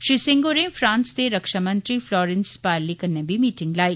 श्री सिंह होरें फ्रांस दे रक्षा मंत्री फलोरेंस पारली कन्नै बी मीटिंग लाई